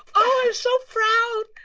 oh, i'm so proud.